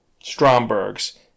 Stromberg's